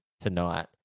Tonight